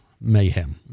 mayhem